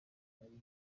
ryabaye